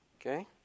Okay